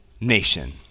nation